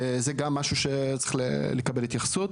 זה גם משהו שצריך לקבל התייחסות.